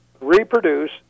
reproduce